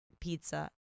pizza